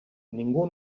ningú